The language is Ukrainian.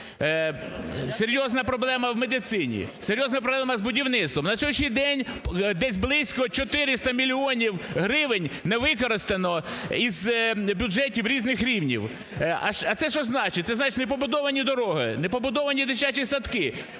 Серйозна проблема в медицині. Серйозна проблема з будівництвом. На сьогоднішній день десь близько 400 мільйонів гривень не використано із бюджетів різних рівнів. А це що значить? Це значить не побудовані дороги, не побудовані дитячі садки,